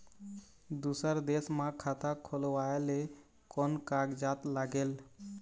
दूसर देश मा खाता खोलवाए ले कोन कागजात लागेल?